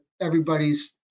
everybody's